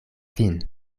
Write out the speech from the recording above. kvin